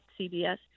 CBS